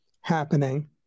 happening